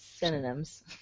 Synonyms